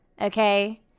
Okay